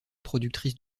productrice